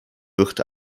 wird